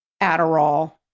Adderall